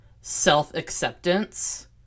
self-acceptance